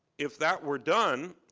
if that were done,